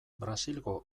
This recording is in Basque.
brasilgo